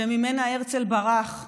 שממנה הרצל ברח,